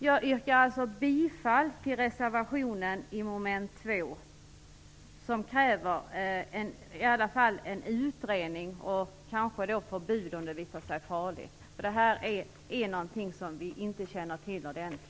Jag yrkar alltså bifall till reservationen under mom. 2. Den kräver att det i alla fall görs en utredning. Då kan det kanske bli ett förbud om det visar sig farligt. Detta är någonting som vi inte känner till ordentligt.